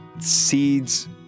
seeds